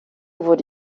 wurde